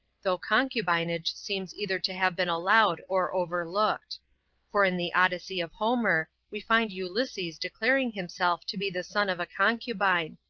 though concubinage seems either to have been allowed or overlooked for in the odyssey of homer we find ulysses declaring himself to be the son of a concubine,